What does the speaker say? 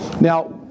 Now